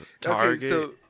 Target